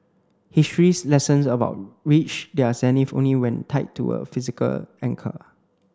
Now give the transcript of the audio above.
history's lessons about reach their zenith only when tied to a physical anchor